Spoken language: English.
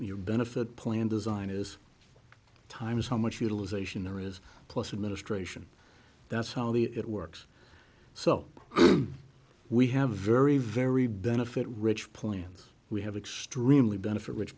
your benefit plan design is time is how much utilization there is plus administration that's how it works so we have a very very benefit rich plans we have extremely benefit which